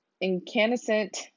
incandescent